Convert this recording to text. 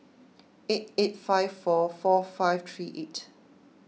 eight eight five four four five three eight